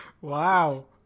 Wow